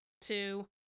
two